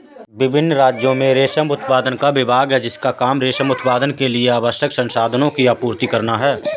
विभिन्न राज्यों में रेशम उत्पादन का विभाग है जिसका काम रेशम उत्पादन के लिए आवश्यक संसाधनों की आपूर्ति करना है